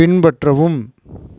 பின்பற்றவும்